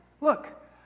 look